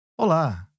Olá